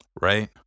Right